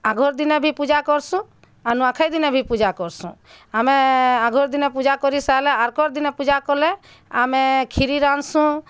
ଆଘର୍ ଦିନେ ବି ପୂଜା କରସୁଁ ଆଉ ନୂଆଁଖାଇ ଦିନ ବି ପୂଜା କରସୁଁ ଆମେ ଆଗର୍ ଦିନ ପୂଜା ସାଇଲେ ଆରକର୍ ଦିନ ପୂଜା କଲେ ଆମେ କ୍ଷୀରି ରାନ୍ଧସୁଁ